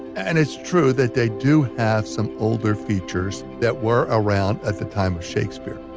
and it's true that they do have some older features that were around at the time of shakespeare.